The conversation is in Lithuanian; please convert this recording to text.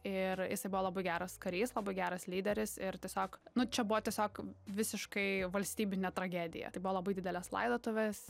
ir jisai buvo labai geras karys labai geras lyderis ir tiesiog nu čia buvo tiesiog visiškai valstybinė tragedija tai buvo labai didelės laidotuvės